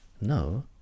no